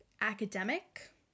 academic